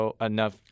enough